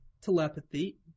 telepathy